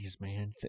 man